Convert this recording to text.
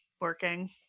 working